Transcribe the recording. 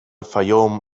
fayoum